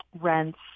rents